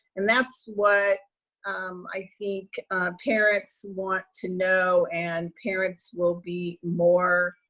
and that's what i think parents want to know. and parents will be more,